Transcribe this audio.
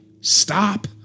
stop